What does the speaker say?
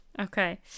Okay